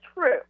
true